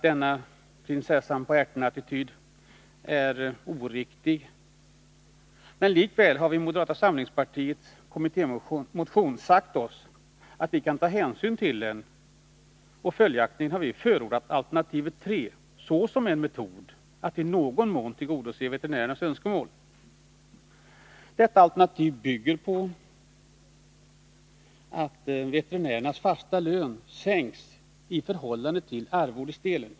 Denna prinsessan-på-ärten-attityd tycker jag är oriktig, men likväl har vi i moderata samlingspartiets motion sagt att vi kan ta hänsyn till den. Följaktligen har vi förordat alternativet 3 såsom en metod att i någon mån tillgodose veterinärernas önskemål. Detta alternativ bygger på att veterinärernas fasta lön sänks i förhållande till arvodesdelen.